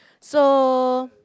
so